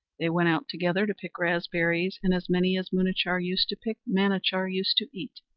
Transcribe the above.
they went out together to pick raspberries, and as many as munachar used to pick manachar used to eat.